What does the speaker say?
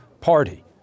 party